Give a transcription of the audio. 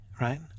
right